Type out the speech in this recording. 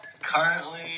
currently